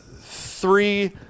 three